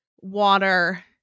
water